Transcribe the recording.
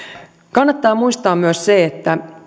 kannattaa muistaa myös se